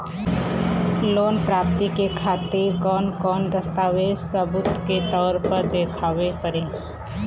Loan प्राप्ति के खातिर कौन कौन दस्तावेज सबूत के तौर पर देखावे परी?